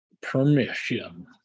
Permission